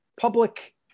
Public